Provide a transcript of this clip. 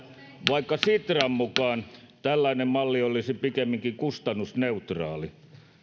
vaikka sitran mukaan tällainen malli olisi pikemminkin kustannusneutraali